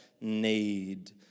need